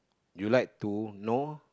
you like to know